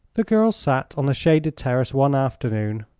the girls sat on the shaded terrace one afternoon,